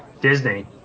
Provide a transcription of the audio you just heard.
Disney